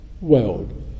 world